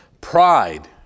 Pride